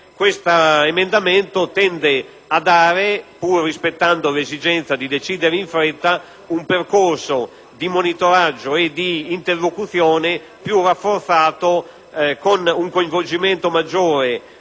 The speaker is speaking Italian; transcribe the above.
L'emendamento 5.3 tende a stabilire, pur rispettando l'esigenza di decidere in fretta, un percorso di monitoraggio e di interlocuzione più rafforzato, con un coinvolgimento maggiore